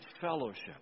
fellowship